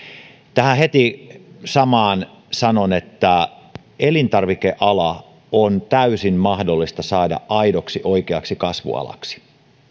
tähän heti samaan sanon että elintarvikeala on täysin mahdollista saada aidoksi oikeaksi kasvualaksi